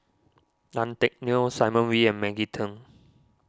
Tan Teck Neo Simon Wee and Maggie Teng